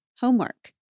homework